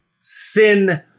sin